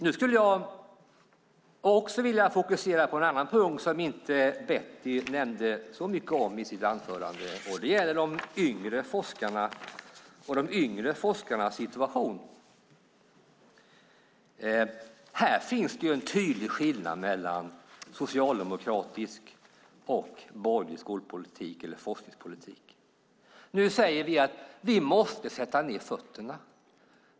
Nu skulle jag också vilja fokusera på en annan punkt som Betty inte nämnde så mycket om i sitt anförande. Det gäller de yngre forskarna och de yngre forskarnas situation. Här finns det en tydlig skillnad mellan socialdemokratisk och borgerlig skolpolitik eller forskningspolitik. Nu säger vi att vi måste sätta ned fötterna.